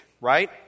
right